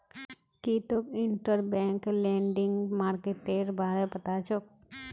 की तोक interbank lending मार्केटेर बारे पता छोक